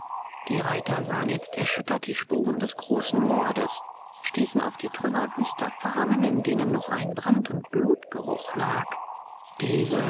die reiter sahen jetzt erschüttert die spuren des großen mordes stießen auf die trümmer wüster farmen in denen noch ein brand und blutgeruch lag diese